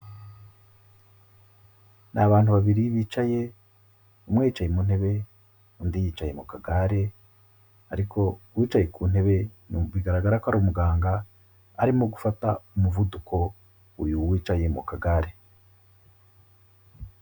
Ni abantu babiri bicaye umwe yicaye mu ntebe, undi yicaye mu kagare ariko uwicaye ku ntebe bigaragara ko ari umuganga arimo gufata umuvuduko uyu wicaye mu kagare.